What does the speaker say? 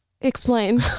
Explain